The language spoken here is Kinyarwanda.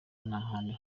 n’ahandi